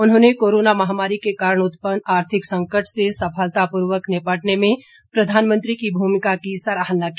उन्होंने कोरोना महामारी के कारण उत्पन्न आर्थिक संकट से सफलतापूर्वक निपटने में प्रधानमंत्री की भूमिका की सराहना की